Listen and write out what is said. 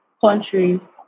countries